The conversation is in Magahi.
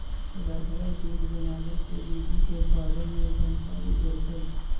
रधवा दूध बनावे के विधि के बारे में जानकारी देलकई